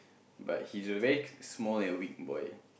but he's a very small and weak boy